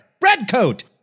Redcoat